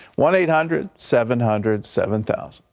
one eight hundred seven hundred seven thousand,